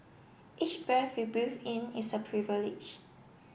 each breath we breathe in is a privilege